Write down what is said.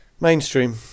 mainstream